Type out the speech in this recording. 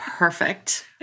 Perfect